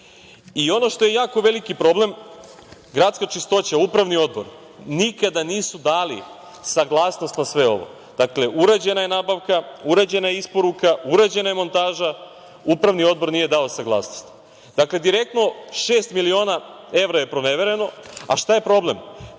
što je jako veliki problem, Gradska čistoća, Upravni odbor nikada nisu dali saglasnost na sve ovo. Dakle, urađena je nabavka, urađena je isporuka, urađena je montaža, Upravni odbor nije dao saglasnost. Dakle, direktno šest miliona evra je pronevereno. Šta je problem?